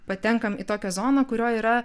patenkam į tokią zoną kurioj yra